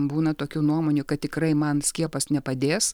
būna tokių nuomonių kad tikrai man skiepas nepadės